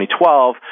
2012